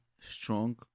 strong